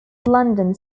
london